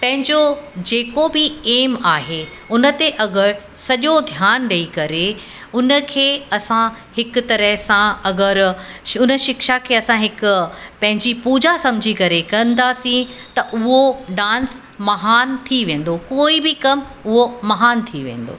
पंहिंजो जेको बि एम आहे उन ते अगरि सॼो ध्यान ॾई करे उन खे असां हिकु तरह सां अगरि उन शिक्षा खे असां हिकु पंहिंजी पूजा सम्झी करे कंदासीं त उहो डांस महान थी वेंदो कोई बि कमु उहो महान थी वेंदो